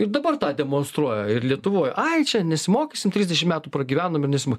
ir dabar tą demonstruoja ir lietuvoj ai čia nesimokysim trisdešimt metų pragyvenom ir nesimo